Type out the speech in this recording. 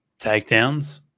takedowns